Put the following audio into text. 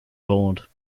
bored